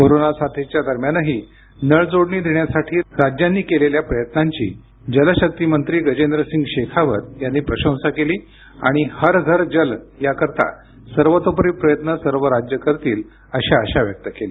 corona साथीच्या दरम्यानही नळ जोडणी देण्यासाठी राज्यांनी केलेल्या प्रयत्नांची जल शक्ती मंत्री गजेंद्रसिंग शेखावत यांनी प्रशंसा केली आणि हर घर जल करिता सर्वतोपरि प्रयत्न सर्व राज्यं करतील अशी आशा व्यक्त केली